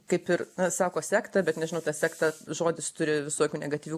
kaip ir sako sekta bet nežinau ta sekta žodis turi visokių negatyvių